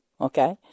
Okay